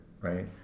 right